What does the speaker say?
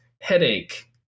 headache